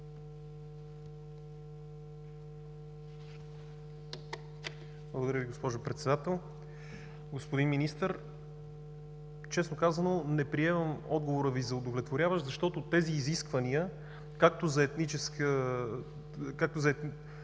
Благодаря Ви, госпожо Председател. Господин Министър, честно казано, не приемам отговора Ви за удовлетворяващ, защото тези изисквания както за етнос,